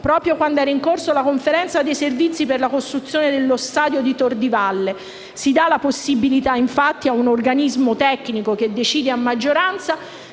proprio quando era in corso la conferenza dei servizi per la costruzione dello stadio di Tor di Valle. Si dà la possibilità infatti ad un organismo tecnico, che decide a maggioranza,